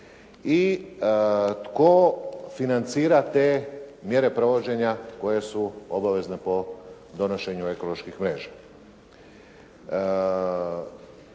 i tko financira te mjere provođenja koje su obavezne po donošenju ekoloških mreža?